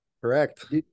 Correct